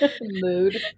Mood